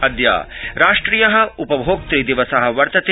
अदय राष्ट्रिय उ भोक्त िवस वर्तते